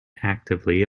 actively